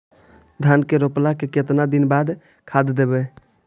धान के रोपला के केतना दिन के बाद खाद देबै?